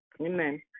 Amen